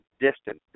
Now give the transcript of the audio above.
distance